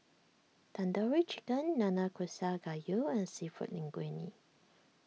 Tandoori Chicken Nanakusa Gayu and Seafood Linguine